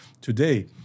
today